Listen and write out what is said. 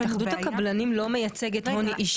התאחדות הקבלנים לא מייצגת הון אישי.